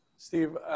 Steve